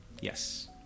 Yes